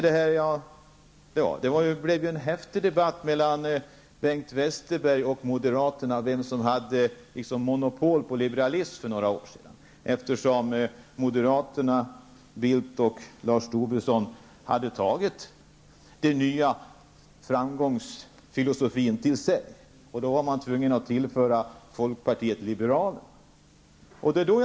Det blev ju en häftig debatt mellan Bengt Westerberg och moderaterna om vem som hade monopol på liberalismen för några år sedan. Moderaterna Carl Bildt och Lars Tobisson hade tagit den nya framgångsfilosofin till sig, och då var man tvungen att tillföra liberalerna till folkpartiet.